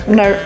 no